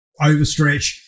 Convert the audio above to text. overstretch